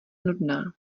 nudná